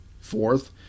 Fourth